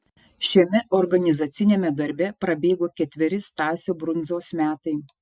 šiame organizaciniame darbe prabėgo ketveri stasio brundzos metai